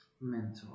Mentor